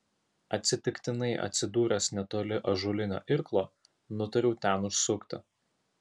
atsitiktinai atsidūręs netoli ąžuolinio irklo nutariau ten užsukti